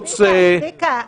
צביקה,